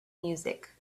music